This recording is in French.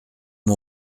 mon